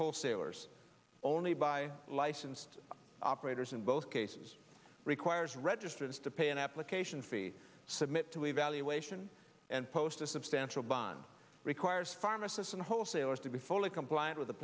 wholesalers only by licensed operators in both cases requires registrants to pay an application fee submit to evaluation and post a substantial bond requires pharmacists and wholesalers to be fully compliant with the